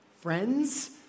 friends